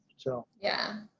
so yeah.